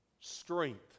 strength